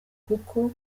kuko